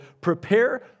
prepare